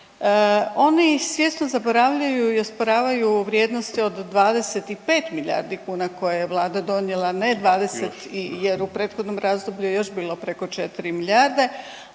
Oni svjesno zaboravljaju i osporavaju vrijednosti od 25 milijardi kuna koje je Vlada donijela ne 20 i, jer u prethodnom razdoblju je još bilo preko 4 milijarde.